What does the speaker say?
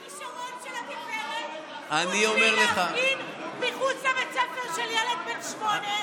מהו הכישרון של הגברת חוץ מלהפגין מחוץ לבית ספר של ילד בן שמונה?